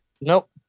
nope